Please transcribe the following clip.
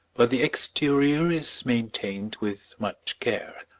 but the exterior is maintained with much care.